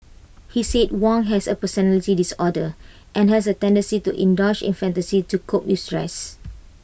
he said Wong has A personality disorder and has A tendency to indulge in fantasy to cope with stress